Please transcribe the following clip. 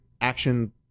action